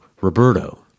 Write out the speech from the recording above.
Roberto